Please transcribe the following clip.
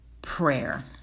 Prayer